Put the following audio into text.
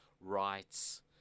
rights